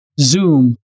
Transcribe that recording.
zoom